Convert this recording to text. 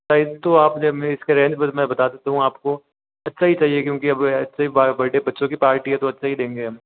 नहीं तो आप जब मैं इसके रेट के बारे मैं बता देता हूँ आपको अच्छा ही चाहिए क्योंकि अब ऐसे ही बड्डे बच्चों की पार्टी है तो अच्छा ही देंगे हम